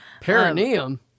Perineum